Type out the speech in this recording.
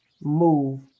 move